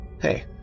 Hey